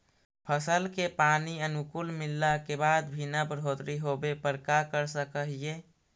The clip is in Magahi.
फसल के पानी अनुकुल मिलला के बाद भी न बढ़ोतरी होवे पर का कर सक हिय?